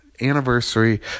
anniversary